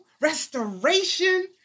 restoration